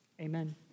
amen